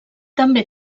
també